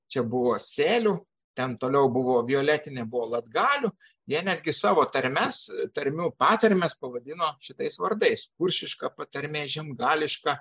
čia buvo sėlių ten toliau buvo violetinė buvo latgalių jie netgi savo tarmes tarmių patarmes pavadino šitais vardais kuršiška patarmė žiemgališka